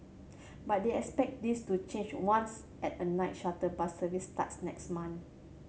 but they expect this to change once at a night shuttle bus service starts next month